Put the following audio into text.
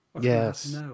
Yes